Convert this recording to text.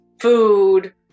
food